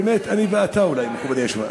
האמת, אני ואתה אולי, מכובדי היושב-ראש.